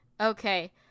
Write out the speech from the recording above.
okay